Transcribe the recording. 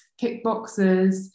kickboxers